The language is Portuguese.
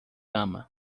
ama